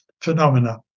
phenomena